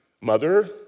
mother